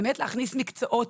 באמת להכניס מקצועות.